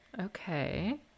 Okay